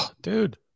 dude